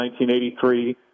1983